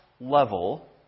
level